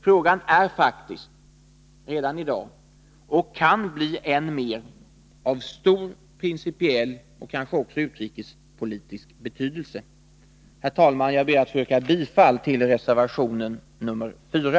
Frågan är faktiskt — redan i dag och kan bli än mer — av stor principiell och kanske också utrikespolitisk betydelse. Herr talman! Jag yrkar bifall till reservation nr 3.